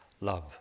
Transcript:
love